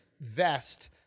vest –